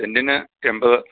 സെന്ററിന് എൺപത്